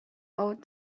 old